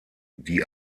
die